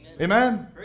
Amen